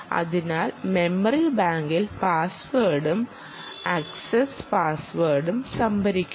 അതിനാൽ മെമ്മറി ബാങ്കിൽ പാസ്വേഡും ആക്സസ്സ് പാസ്വേഡും സംഭരിക്കുന്നു